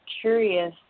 curious